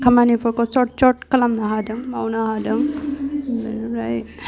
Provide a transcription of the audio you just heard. खामानिफोरखौ short short खालामनो हादों मावनो हादों बेनिफ्राय